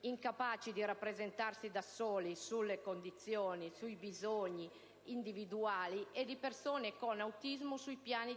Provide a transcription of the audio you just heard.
incapaci di rappresentarsi da soli, sulle condizioni, sui bisogni generali e individuali delle persone con autismo e sui piani